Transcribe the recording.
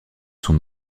son